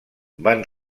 van